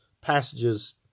passages